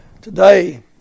Today